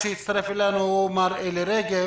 שעדיין אין לו את האפשרות להקצות את